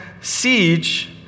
siege